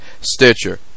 stitcher